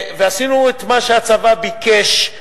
ועשינו את מה שהצבא ביקש,